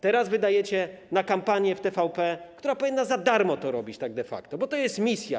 Teraz wydajecie na kampanię w TVP, która powinna za darmo to robić tak de facto, bo to jest jej misja.